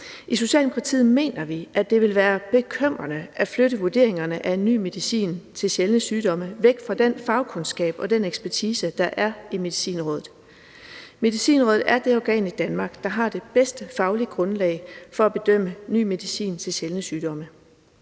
I Socialdemokratiet mener vi, at det vil være bekymrende at flytte vurderingerne af ny medicin til sjældne sygdomme væk fra den fagkundskab og den ekspertise, der er i Medicinrådet. Medicinrådet er det organ i Danmark, der har det bedste faglige grundlag for at bedømme ny medicin til sjældne sygdomme,